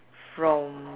from